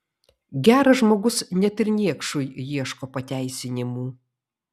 geras žmogus net ir niekšui ieško pateisinimų